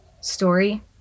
story